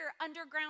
underground